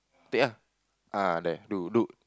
take ah there do do